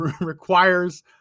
requires